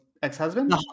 Ex-husband